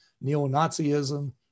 neo-Nazism